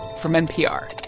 from npr